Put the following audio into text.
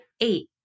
eight